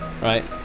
right